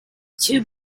two